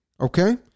Okay